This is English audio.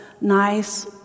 nice